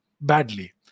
badly